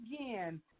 again